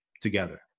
together